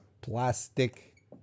Plastic